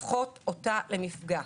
הופכות אותה למפגע.